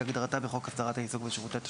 כהגדרתה בחוק הסדרת העיסוק בשירותי תשלום".